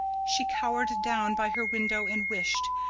she cowered down by her window and wished,